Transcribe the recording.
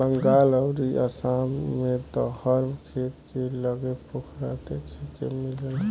बंगाल अउरी आसाम में त हर खेत के लगे पोखरा देखे के मिलेला